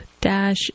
dash